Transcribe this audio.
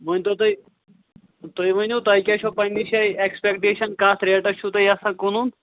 مٲنۍتو تُہۍ تُہۍ ؤنِو تۄہہِ کیٛاہ چھُو پَنٕنہِ شایہِ اٮ۪کٕسپٮ۪کٹیشَن کَتھ ریٹَس چھُو تُہۍ یژھان کٕنُن